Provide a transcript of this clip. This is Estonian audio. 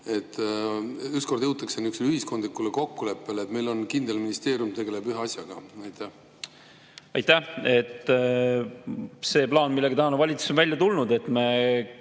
ühiskondlikule kokkuleppele, et meil on kindel ministeerium, mis tegeleb ühe asjaga. Aitäh!